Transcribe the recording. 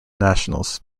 nationals